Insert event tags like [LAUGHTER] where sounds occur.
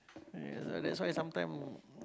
[NOISE] that's why sometime